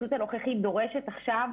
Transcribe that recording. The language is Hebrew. ההתפרצות הנוכחית דורשת עכשיו